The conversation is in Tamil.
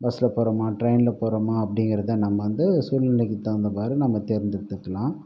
பஸ்சில் போகிறோமா ட்ரெயினில் போகிறோமா அப்படிங்கிறத நம்ம வந்து சூழ்நிலைக்கு தகுந்தவாறு நம்ம தேர்ந்தெடுத்துக்கலாம்